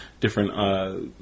different